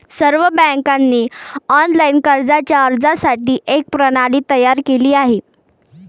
सर्व बँकांनी ऑनलाइन कर्जाच्या अर्जासाठी एक प्रणाली तयार केली आहे